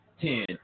ten